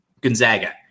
Gonzaga